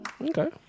Okay